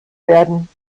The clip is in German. werden